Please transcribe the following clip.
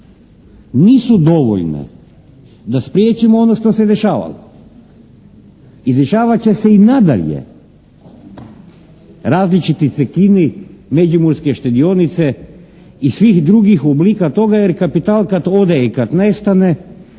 nisu dovoljne da spriječimo ono što se dešavalo i dešavat će se i nadalje različiti "Cekini" međimurske štedionice i svih drugih oblika toga jer kapital kad ode i kad nestane